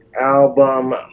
album